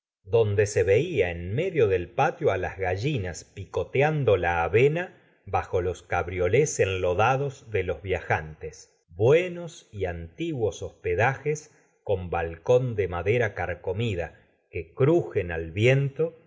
donde se veía en medio del patio á las gallinas picoteando la avena bajo los cabriolés enlodados de los viajantes buenos y antiguos hospedajes con balcón de madera carcomida que crujen al viento